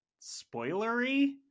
spoilery